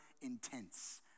intense